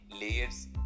layers